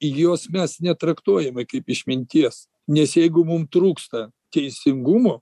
jos mes netraktuojame kaip išminties nes jeigu mum trūksta teisingumo